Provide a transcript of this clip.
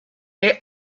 est